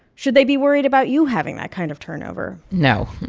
should they be worried about you having that kind of turnover? no.